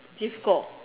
difficult